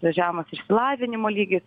žemas išsilavinimo lygis